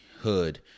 hood